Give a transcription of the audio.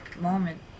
moment